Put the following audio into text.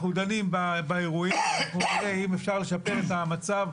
אנחנו דנים באירועים כדי שאם אפשר יהיה לשפר את המצב,